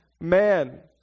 man